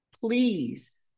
Please